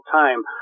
time